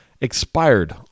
expired